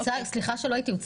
סליחה שלא הייתי קודם,